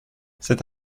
c’est